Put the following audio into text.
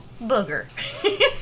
booger